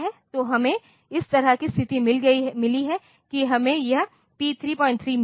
तो हमें इस तरह की स्थिति मिली है कि हमें यह पी 33 मिला है